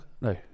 No